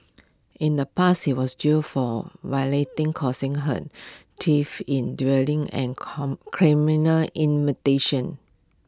in the past he was jailed for causing hurt theft in dwelling and con criminal